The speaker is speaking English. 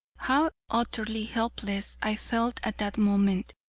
how utterly helpless i felt at that moment.